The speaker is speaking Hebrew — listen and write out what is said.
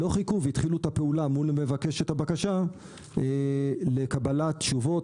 לא חיכו והתחילו את הפעולה מול מבקשת הבקשה לקבלת תשובות,